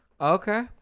Okay